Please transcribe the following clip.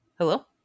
Hello